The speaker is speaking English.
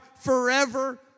forever